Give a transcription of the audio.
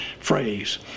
phrase